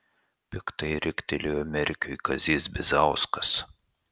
piktai riktelėjo merkiui kazys bizauskas